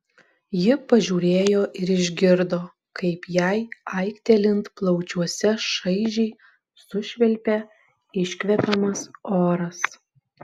ji pažiūrėjo ir išgirdo kaip jai aiktelint plaučiuose šaižiai sušvilpia iškvepiamas oras